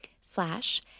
slash